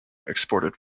exported